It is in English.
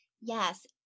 yes